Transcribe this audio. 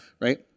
right